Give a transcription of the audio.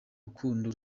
rukundo